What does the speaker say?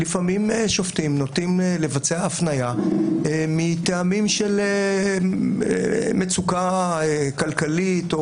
לפעמים שופטים נוטים לבצע הפניה מטעמים של מצוקה כלכלית,